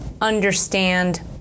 understand